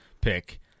pick